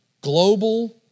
global